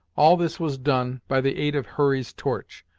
all this was done, by the aid of hurry's torch,